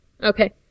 Okay